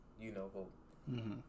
you-know-who